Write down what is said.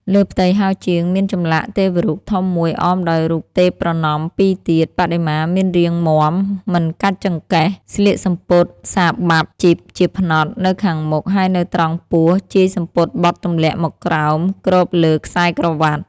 លើផ្ទៃហោជាង មានចម្លាក់ទេវរូបធំមួយអមដោយរូបទេពប្រណម្យពីរទៀត បដិមាមានរាងមាំ មិនកាច់ចង្កេះ ស្លៀកសំពត់សារបាប់ជីបជាផ្នត់ នៅខាងមុខ ហើយនៅត្រង់ពោះ ជាយសំពត់បត់ទម្លាក់មកក្រោម គ្របលើ ខ្សែក្រវាត់។។